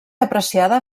apreciada